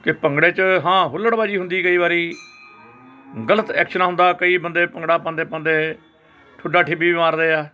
ਕਿ ਭੰਗੜੇ 'ਚ ਹਾਂ ਹੁੱਲੜਬਾਜ਼ੀ ਹੁੰਦੀ ਕਈ ਵਾਰੀ ਗਲਤ ਐਕਸ਼ਨ ਹੁੰਦਾ ਕਈ ਬੰਦੇ ਭੰਗੜਾ ਪਾਉਂਦੇ ਪਾਉਂਦੇ ਠੁੱਡਾ ਠਿੱਬੀ ਵੀ ਮਾਰਦੇ ਆ